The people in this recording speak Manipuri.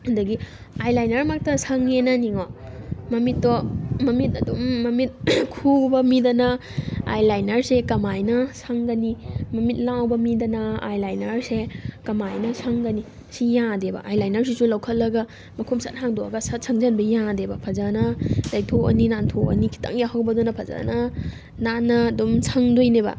ꯑꯗꯒꯤ ꯑꯥꯏ ꯂꯥꯏꯅꯔ ꯃꯛꯇ ꯁꯪꯉꯦꯅ ꯅꯤꯡꯉꯣ ꯃꯃꯤꯠꯇꯣ ꯃꯃꯤꯠ ꯑꯗꯨꯝ ꯃꯃꯤꯠ ꯈꯨꯕ ꯃꯤꯗꯅ ꯑꯥꯏ ꯂꯥꯏꯅꯔꯁꯦ ꯀꯃꯥꯏꯅ ꯁꯪꯒꯅꯤ ꯃꯃꯤꯠ ꯂꯥꯎꯕ ꯃꯤꯗꯅ ꯑꯥꯏ ꯂꯥꯏꯅꯔꯁꯦ ꯀꯃꯥꯏꯅ ꯁꯪꯒꯅꯤ ꯁꯤ ꯌꯥꯗꯦꯕ ꯑꯥꯏ ꯂꯥꯏꯅꯔꯁꯤꯁꯨ ꯂꯧꯈꯠꯂꯒ ꯃꯈꯨꯝ ꯁꯠ ꯍꯥꯡꯗꯣꯛꯑꯒ ꯁꯠ ꯁꯪꯖꯟꯕ ꯌꯥꯗꯦꯕ ꯐꯖꯅ ꯇꯩꯊꯣꯛꯑꯅꯤ ꯅꯥꯟꯊꯣꯛꯑꯅꯤ ꯈꯤꯇꯪ ꯌꯥꯍꯧꯕꯗꯨꯅ ꯐꯖꯅ ꯅꯥꯟꯅ ꯑꯗꯨꯝ ꯁꯪꯗꯣꯏꯅꯦꯕ